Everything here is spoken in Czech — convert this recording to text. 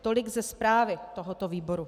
Tolik ze zprávy tohoto výboru.